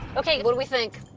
ok, what do we think?